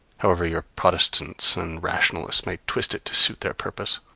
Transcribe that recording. however your protestants and rationalists may twist it to suit their purpose.